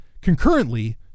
concurrently